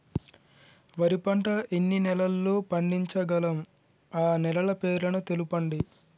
వరి పంట ఎన్ని నెలల్లో పండించగలం ఆ నెలల పేర్లను తెలుపండి?